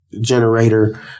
generator